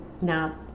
now